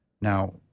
Now